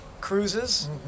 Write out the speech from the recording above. cruises